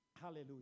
hallelujah